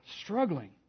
struggling